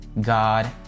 God